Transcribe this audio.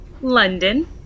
london